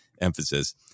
emphasis